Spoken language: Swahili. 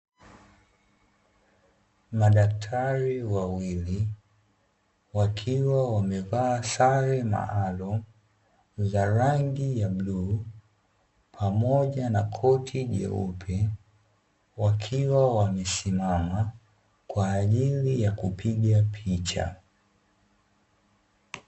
Madaktari wawili wakiwa wamevaa sare maalumu za rangi ya bluu pamoja na koti jeupe, wakiwa wamesimama kwa ajili ya kupiga picha.